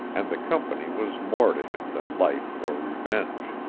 and the company was more to him than life or revenge.